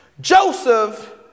Joseph